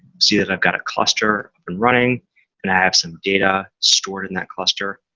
see that i've got a cluster up and running and i have some data stored in that cluster.